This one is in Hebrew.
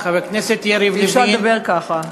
אי-אפשר לדבר ככה.